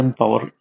power